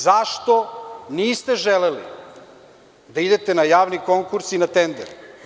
Zašto niste želeli da idete na javni konkurs i na tender?